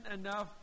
enough